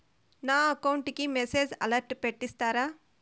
నా అకౌంట్ కి message alert పెట్టిస్తారా